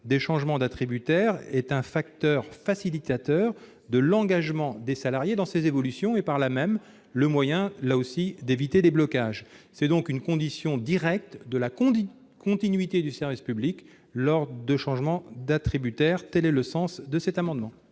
des changements d'attributaire est un facteur facilitant l'engagement des salariés dans ces évolutions et, par là même, le moyen d'éviter des blocages. C'est une condition directe de la continuité du service public lors des changements d'attributaire. Quel est l'avis de la commission